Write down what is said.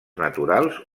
naturals